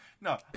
No